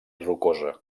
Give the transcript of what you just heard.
rocosa